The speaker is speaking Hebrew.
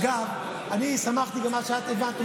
אגב, אני שמחתי במה שאת הבנת.